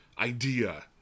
idea